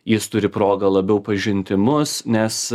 jis turi progą labiau pažinti mus nes